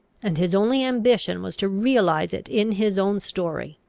and his only ambition was to realise it in his own story.